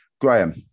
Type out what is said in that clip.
Graham